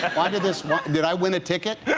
why did this not did i win a ticket?